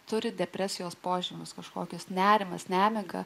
turi depresijos požymius kažkokias nerimas nemiga